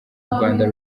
rwanda